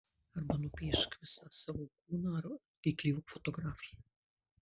arba nupiešk visą savo kūną ar įklijuok fotografiją